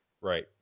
Right